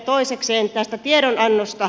toisekseen tästä tiedonannosta